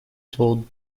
told